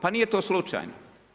Pa nije to slučajno.